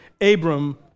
Abram